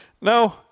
No